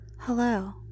Hello